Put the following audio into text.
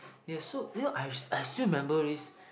it suit you know I I still remember this